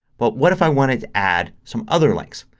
but what if i wanted to add some other links.